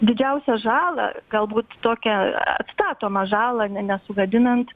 didžiausią žalą galbūt tokią atstatomą žalą ne nesugadinant